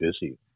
busy